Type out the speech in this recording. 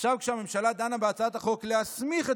עכשיו כשהממשלה דנה בהצעת החוק להסמיך את